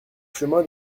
chemin